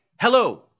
Hello